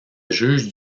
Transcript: juge